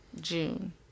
June